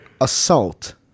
Assault